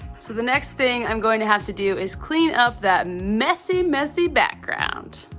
so the next thing i'm going to have to do is clean up that messy, messy background.